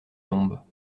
tombent